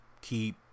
keep